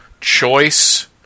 Choice